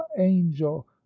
angel